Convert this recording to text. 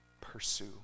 pursue